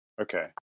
Okay